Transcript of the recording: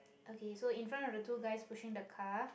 okay so in front of the two guys pushing the car